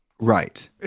Right